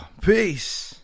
Peace